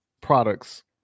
products